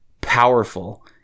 powerful